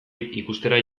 ikustera